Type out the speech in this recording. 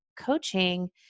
coaching